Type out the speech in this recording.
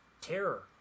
Terror